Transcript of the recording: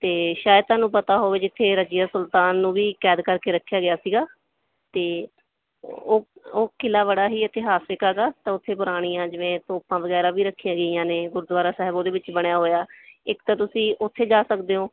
ਅਤੇ ਸ਼ਾਇਦ ਤੁਹਾਨੂੰ ਪਤਾ ਹੋਵੇ ਜਿੱਥੇ ਰਜ਼ੀਆ ਸੁਲਤਾਨ ਨੂੰ ਵੀ ਕੈਦ ਕਰਕੇ ਰੱਖਿਆ ਗਿਆ ਸੀਗਾ ਅਤੇ ਉਹ ਉਹ ਕਿਲ੍ਹਾ ਬੜਾ ਹੀ ਇਤਿਹਾਸਿਕ ਹੈਗਾ ਤਾਂ ਉੱਥੇ ਪੁਰਾਣੀਆਂ ਜਿਵੇਂ ਤੋਪਾਂ ਵਗੈਰਾ ਵੀ ਰੱਖੀਆਂ ਗਈਆਂ ਨੇ ਗੁਰਦੁਆਰਾ ਸਾਹਿਬ ਉਹਦੇ ਵਿੱਚ ਬਣਿਆ ਹੋਇਆ ਇੱਕ ਤਾਂ ਤੁਸੀਂ ਉੱਥੇ ਜਾ ਸਕਦੇ ਹੋ